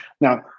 Now